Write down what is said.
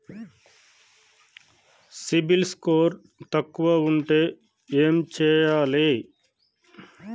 CIBIL score తక్కువ ఉంటే ఏం చేయాలి?